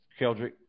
Keldrick